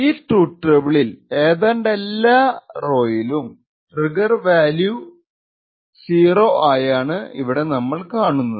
ഈ ട്രൂത് ടേബിളിൽ ഏതാണ്ടെല്ലാ റൌയിലും ട്രിഗർ വാല്യൂ 0 ആയാണ് ഇവിടെ നമ്മൾ കാണുന്നത്